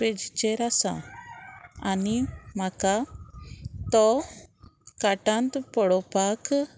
पेजीचेर आसा आनी म्हाका तो कार्टांत पळोवपाक